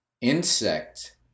insect